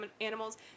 animals